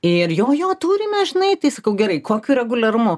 ir jo jo turime žinai tai sakau gerai kokiu reguliarumu